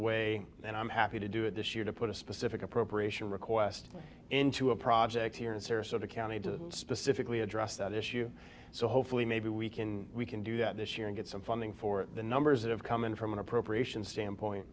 way and i'm happy to do it this year to put a specific appropriation request into a project here in sarasota county to specifically address that issue so hopefully maybe we can we can do that this year and get some funding for the numbers that have come in from an appropriations standpoint